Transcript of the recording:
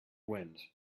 wind